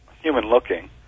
human-looking